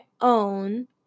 own